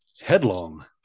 Headlong